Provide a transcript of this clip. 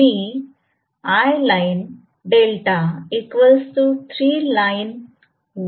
मी असे म्हणू शकते